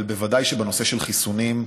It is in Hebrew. אבל בוודאי שבנושא של חיסונים,